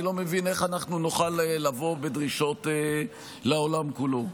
אני לא מבין איך נוכל לבוא בדרישות לעולם כולו.